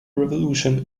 revolution